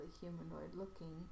humanoid-looking